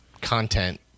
content